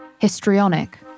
Histrionic